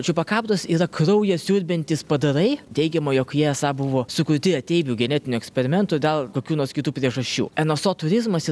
čiupakabros yra kraują siurbiantys padarai teigiama jog jie esą buvo sukurti ateivių genetinių eksperimentų dėl kokių nors kitų priežasčių nso turizmas jis